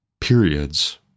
periods